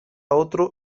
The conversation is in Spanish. otro